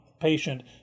patient